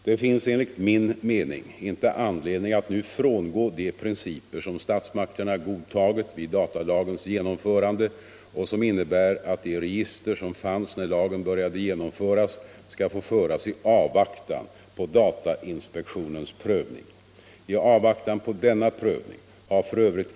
Det finns enligt min mening inte anledning att nu frångå de principer som statsmakterna godtagit vid datalagens genomförande och som innebär att de register som fanns när lagen började genomföras skall få föras i avvaktan på datainspektionens prövning. I avvaktan på denna prövning har f.ö.